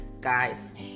guys